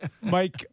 mike